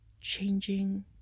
changing